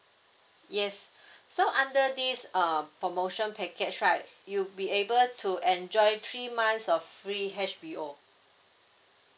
yes so under this uh promotion package right you'll be able to enjoy three months of free H_B_O